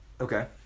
Okay